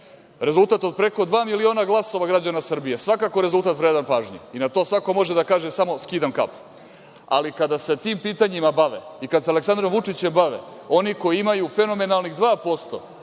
Rezultat od preko dva miliona glasova građana Srbije je svakako rezultat vredan pažnje i na to svako može da kaže samo – skidam kapu. Ali, kada se tim pitanjima bave i kada se Aleksandrom Vučićem bave oni koji imaju fenomenalnih 2%